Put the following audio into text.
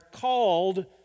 called